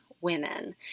women